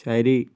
ശരി